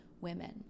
women